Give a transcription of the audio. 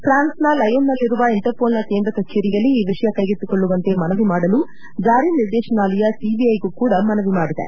ಫ್ರಾನ್ಸ್ನ ಲಯೋನ್ನಲ್ಲಿರುವ ಇಂಟರ್ಪೋಲ್ನ ಕೇಂದ್ರ ಕಚೇರಿಯಲ್ಲಿ ಈ ವಿಷಯ ಕೈಗೆತ್ತಿಕೊಳ್ಳುವಂತೆ ಮನವಿ ಮಾಡಲು ಜಾರಿ ನಿರ್ದೇಶನಾಲಯ ಸಿಬಿಐಗೂ ಕೂಡ ಮನವಿ ಮಾಡಿದೆ